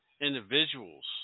individuals